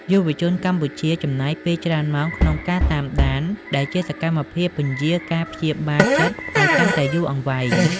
យុវជនកម្ពុជាចំណាយពេលច្រើនម៉ោងក្នុងការ "តាមដាន" ដែលជាសកម្មភាពពន្យារការព្យាបាលចិត្តឱ្យកាន់តែយូរអង្វែង។